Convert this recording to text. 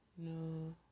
No